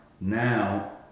now